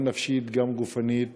גם נפשית וגם גופנית,